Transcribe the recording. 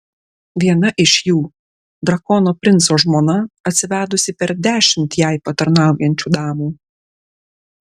viena iš jų drakono princo žmona atsivedusi per dešimt jai patarnaujančių damų